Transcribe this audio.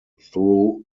through